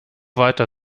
weiter